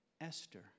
Esther